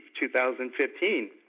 2015